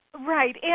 Right